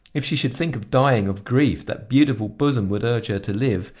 if she should think of dying of grief that beautiful bosom would urge her to live,